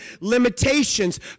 limitations